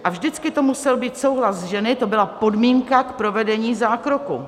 A vždycky to musel být souhlas ženy, to byla podmínka k provedení zákroku.